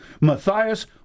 Matthias